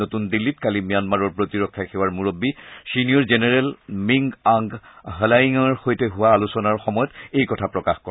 নতুন দিল্লীত কালি ম্যানমাৰৰ প্ৰতিৰক্ষা সেৱাৰ মুৰববী ছিনিয়ৰ জেনেৰেল মিংগ আংগ হলাইংৰ সৈতে হোৱা আলোচনাৰ সময়ত এই কথা প্ৰকাশ কৰে